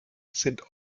sind